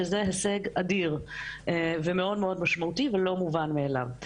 שזה הישג אדיר ומשמעותי מאוד ולא מובן מאליו.